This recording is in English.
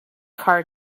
car